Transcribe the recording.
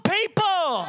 people